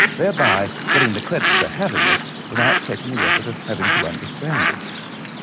thereby getting the credit for having it without taking the effort of having to understand it.